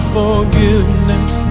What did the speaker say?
forgiveness